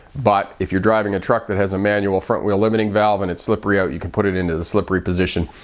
but if you're driving a truck that has a manual front-wheel limiting valve and it's slippery out, you can put it into the slippery position.